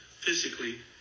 physically